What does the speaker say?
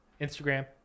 Instagram